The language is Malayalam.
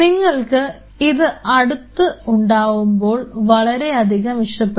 നിങ്ങൾക്ക് ഇത് അടുത്ത് ഉണ്ടാവുമ്പോൾ വളരെയധികം ഇഷ്ടപ്പെടും